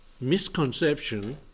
misconception